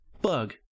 bug